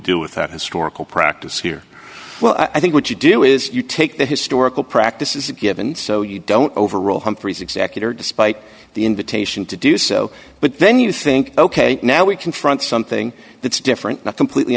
do with that historical practice here well i think what you do is you take the historical practice is a given so you don't overrule humphrey's executor despite the invitation to do so but then you think ok now we confront something that's different not completely